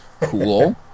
Cool